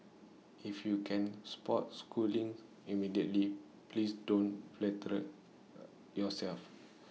if you can spot Schoolings immediately please don't flatter A yourself